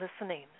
listening